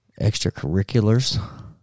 extracurriculars